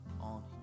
on